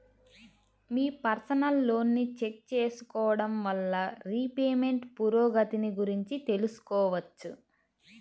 మీ personal లోన్ని check చేసుకోడం వల్ల రీపేమెంట్ పురోగతిని గురించి తెలుసుకోవచ్చు